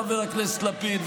חבר הכנסת לפיד,